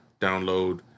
download